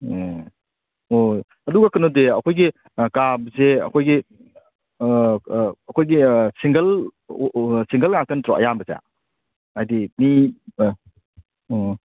ꯑꯣ ꯍꯣꯏ ꯍꯣꯏ ꯑꯗꯨꯒ ꯀꯩꯅꯣꯗꯤ ꯑꯩꯈꯣꯏꯒꯤ ꯀꯥꯁꯦ ꯑꯩꯈꯣꯏꯒꯤ ꯑꯩꯈꯣꯏꯒꯤ ꯁꯤꯡꯒꯜ ꯑꯣꯏ ꯁꯤꯡꯒꯜ ꯉꯥꯛꯇ ꯅꯠꯇ꯭ꯔꯣ ꯑꯌꯥꯝꯕꯁꯦ ꯍꯥꯏꯗꯤ ꯃꯤ ꯑꯣ